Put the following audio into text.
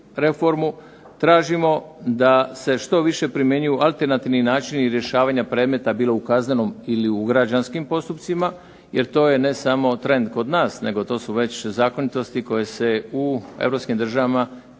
reformu, tražimo da se što više primjenjuju alternativni načini rješavanja predmeta bilo u kaznenom ili u građanskim postupcima, jer to je ne samo trend kod nas, nego to su već zakonitosti koje se u europskim državama,